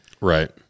Right